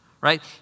Right